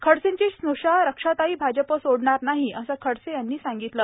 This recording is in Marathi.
खडसेंची स्न्षा रक्षाताईं भाजप सोडणार नाही असं खडसे यांनी सांगितलं